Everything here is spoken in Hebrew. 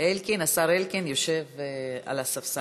אלקין, השר אלקין יושב על הספסל האחורי.